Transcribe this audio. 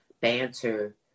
banter